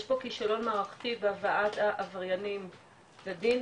יש פה כשלון מערכתי בהבאת העבריינים לדין,